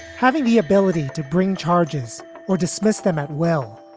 having the ability to bring charges or dismiss them at well.